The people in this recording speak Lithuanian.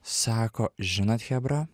sako žinot chebra